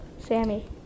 Sammy